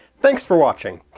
thanks for watching!